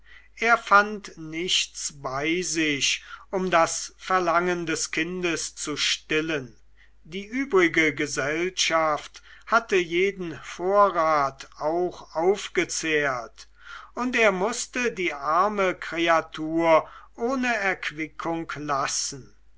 er fand nichts bei sich um das verlangen des kindes zu stillen die übrige gesellschaft hatte jeden vorrat auch aufgezehrt und er mußte die arme kreatur ohne erquickung lassen